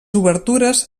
obertures